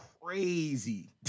crazy